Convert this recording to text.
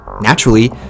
Naturally